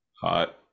Hot